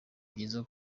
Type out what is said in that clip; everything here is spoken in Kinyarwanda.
byiza